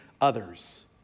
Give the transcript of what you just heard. others